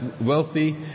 wealthy